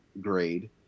grade